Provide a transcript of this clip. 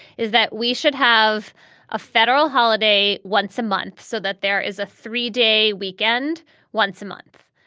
is that we should have a federal holiday once a month so that there is a three day weekend once a month.